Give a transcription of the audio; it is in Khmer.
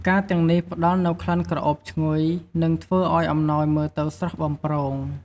ផ្កាទាំងនេះផ្តល់នូវក្លិនក្រអូបឈ្ងុយ និងធ្វើឱ្យអំណោយមើលទៅស្រស់បំព្រង។